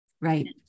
Right